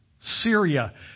Syria